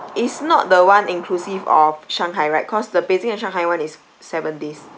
it's not the one inclusive of shanghai right cause the beijing and shanghai [one] is seven days